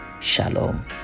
Shalom